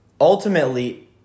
ultimately